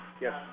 Yes